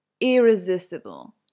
irresistible